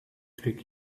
trick